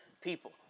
people